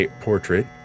portrait